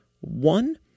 One